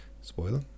Spoiler